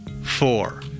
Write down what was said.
four